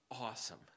awesome